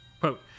Quote